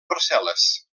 parcel·les